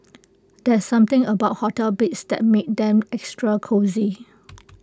there's something about hotel beds that makes them extra cosy